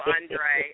Andre